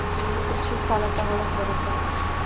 ನಾನು ಕೃಷಿ ಸಾಲ ತಗಳಕ ಬರುತ್ತಾ?